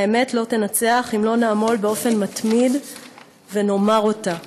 האמת לא תנצח אם לא נעמול באופן מתמיד ונאמר אותה,